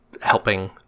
helping